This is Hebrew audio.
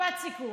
משפט סיכום.